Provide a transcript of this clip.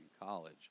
college